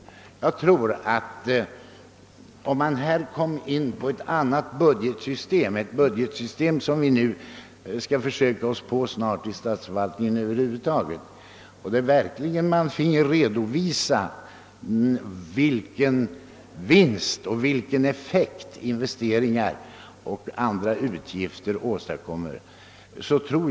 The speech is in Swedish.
Jag tror att atombolaget skulle få en helt annan utformning om vi hade ett annat budgetsystem, d.v.s. ett system av det slag som nu skall prövas i statsförvaltningen över huvud taget, varvid det måste redovisas vilken vinst och effekt investeringar och andra utgifter åstadkommer.